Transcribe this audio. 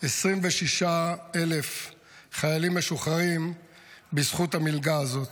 26,000 חיילים משוחררים בזכות המלגה הזאת.